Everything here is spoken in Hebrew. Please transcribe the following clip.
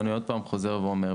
אני עוד פעם חוזר ואומר.